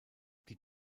die